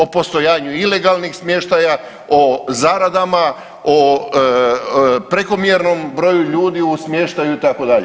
O postojanju ilegalnih smještaja, o zaradama, o prekomjernom broju ljudi u smještaju itd.